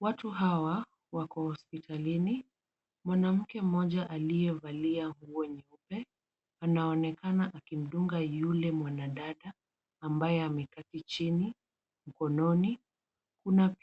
Watu hawa wako hospitalini . Mwanamke mmoja aliyevalia nguo nyeupe anaonekana akimdunga yule mwanadada ambaye ameketi chini mkononi. Kuna wale